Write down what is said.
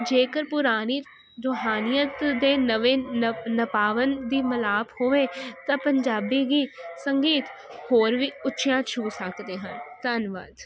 ਜੇਕਰ ਪੁਰਾਨੀ ਰੂਹਾਨੀਅਤ ਦੇ ਨਵੇਂ ਨਪਾਵਨ ਦੀ ਮਿਲਾਪ ਹੋਵੇ ਤਾਂ ਪੰਜਾਬੀ ਗੀਤ ਸੰਗੀਤ ਹੋਰ ਵੀ ਉੱਚੀਆਂ ਛੂਹ ਸਕਦੇ ਹਨ ਧੰਨਵਾਦ